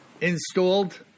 installed